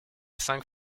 cinq